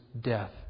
death